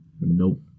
Nope